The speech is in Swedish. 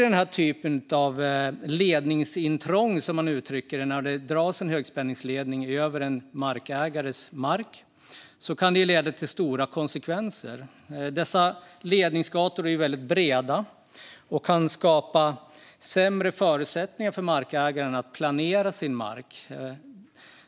Den här typen av ledningsintrång, som man uttrycker det, där det dras en högspänningsledning över en markägares mark, kan leda till stora konsekvenser. Dessa ledningsgator är väldigt breda och kan försämra markägarens förutsättningar att planera sin mark.